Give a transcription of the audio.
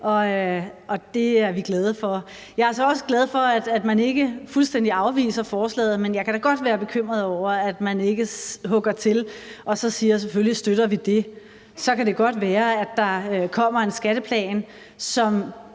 det er vi glade for. Jeg er så også glad for, at man ikke fuldstændig afviser forslaget. Men jeg kan da godt være bekymret over, at man ikke hugger til og siger: Selvfølgelig støtter vi det. Så kan det godt være, at der kommer en skatteplan, som